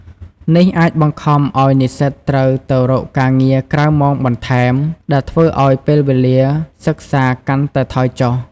នេះអាចបង្ខំឱ្យនិស្សិតត្រូវទៅរកការងារក្រៅម៉ោងបន្ថែម ដែលធ្វើឱ្យពេលវេលាសិក្សាកាន់តែថយចុះ។